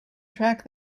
track